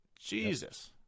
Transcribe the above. Jesus